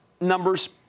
numbers